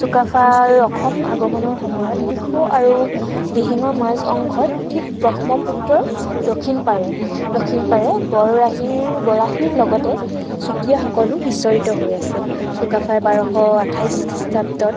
চুকাফাৰ অসম আগমণৰ সময়ত দিখৌ আৰু দিহিঙৰ মাজ অংশত ঠিক ব্ৰহ্মপুত্ৰৰ দক্ষিণপাৰে দক্ষিণপাৰে বৰাহীৰ বৰাহীৰ লগতে চুতীয়াসকলো সিঁচৰতি হৈ আছিল চুকাফাই বাৰশ আঠাইছ খৃষ্টাব্দত